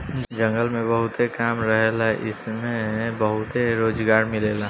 जंगल में बहुत काम रहेला एइमे बहुते रोजगार मिलेला